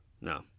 No